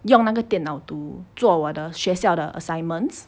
用那个电脑 to 做我的学校的 assignments